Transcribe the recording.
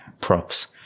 props